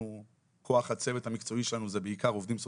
כוח הצוות המקצועי שלנו זה בעיקר עובדים סוציאליים,